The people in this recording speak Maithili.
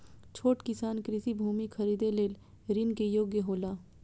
छोट किसान कृषि भूमि खरीदे लेल ऋण के योग्य हौला?